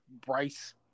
Bryce